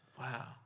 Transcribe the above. Wow